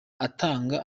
atanga